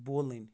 بولٕنۍ